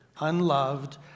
unloved